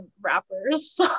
rappers